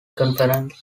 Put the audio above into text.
conference